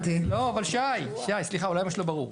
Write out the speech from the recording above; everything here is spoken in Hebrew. לא, שי, סליחה, אולי משהו לא ברור.